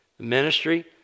Ministry